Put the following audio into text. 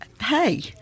hey